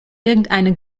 irgendeine